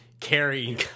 carrying